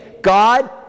God